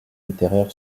littéraire